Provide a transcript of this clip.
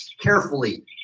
carefully